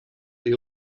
they